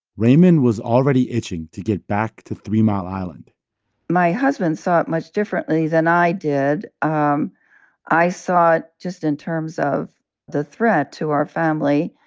raymond was already itching to get back to three mile island my husband saw it much differently than i did. um i saw it just in terms of the threat to our family.